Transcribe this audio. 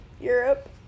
Europe